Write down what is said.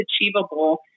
achievable